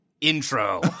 intro